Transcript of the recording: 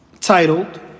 titled